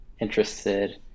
interested